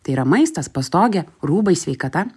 tai yra maistas pastogė rūbai sveikata